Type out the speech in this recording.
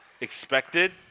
expected